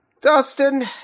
Dustin